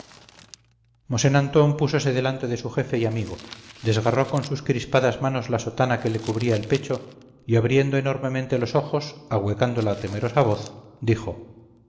mosén antón púsose delante de su jefe y amigo desgarró con sus crispadas manos la sotana que le cubría el pecho y abriendo enormemente los ojos ahuecando la temerosa voz dijo